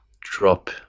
drop